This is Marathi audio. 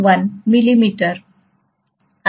1 मिलिमीटर असेल